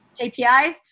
KPIs